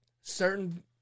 certain